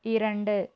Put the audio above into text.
இரண்டு